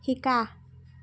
শিকা